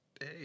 Hey